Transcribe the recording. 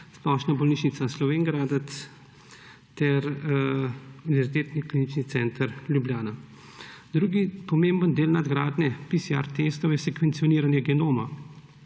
Splošna bolnišnica Slovenj Gradec ter Univerzitetni klinični center Ljubljana. Drugi pomembni del nadgradnje testov PCR je sekvenciranje genoma